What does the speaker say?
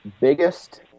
biggest